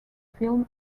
film